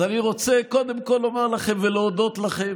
אז אני רוצה קודם כול לומר לכם, להודות לכם